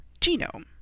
genome